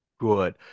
Good